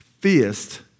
theist